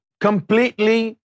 completely